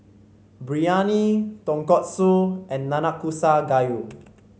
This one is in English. Biryani Tonkatsu and Nanakusa Gayu